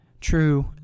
true